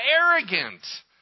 arrogant